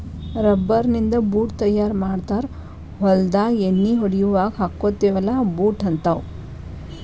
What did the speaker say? rubber ನಿಂದ boot ತಯಾರ ಮಾಡ್ತಾರ ಹೊಲದಾಗ ಎಣ್ಣಿ ಹೊಡಿಯುವಾಗ ಹಾಕ್ಕೊತೆವಿ ಅಲಾ ಬೂಟ ಹಂತಾವ